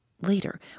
Later